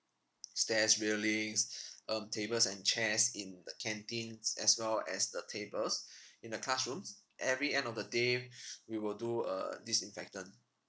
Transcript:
stairs railings um tables and chairs in the canteens as well as the tables in the classrooms every end of the day we will do a disinfectant